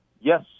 yes